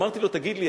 אמרתי לו: תגיד לי,